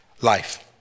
life